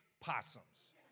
possums